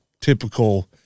typical